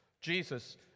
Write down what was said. Jesus